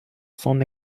son